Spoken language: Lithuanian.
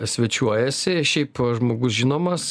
svečiuojasi šiaip žmogus žinomas